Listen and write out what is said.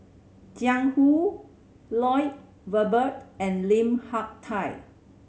Jiang Hu Lloyd Valberg and Lim Hak Tai